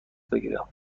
بگیرم